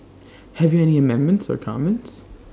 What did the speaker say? have you any amendments or comments